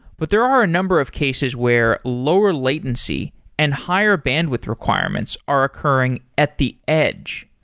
but there are a number of cases where lower latency and higher bandwidth requirements are occurring at the edge.